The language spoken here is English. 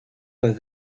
was